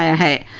ah had